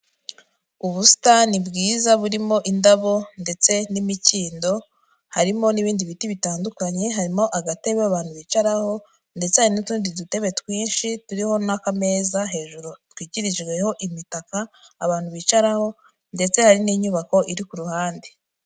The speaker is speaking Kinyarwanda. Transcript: Ubusitani bwiza burimo indabo ndetse n'imikindo, harimo n'ibindi biti bitandukanye, harimo agatebe abantu bicaraho, ndetse n'utundi dutebe twinshi turiho n'akameza, hejuru dutwikirijweho imitaka abantu bicaraho, ndetse hari n'inyubako iri ku ruhande.